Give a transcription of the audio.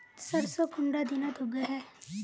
सरसों कुंडा दिनोत उगैहे?